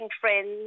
friends